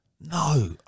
no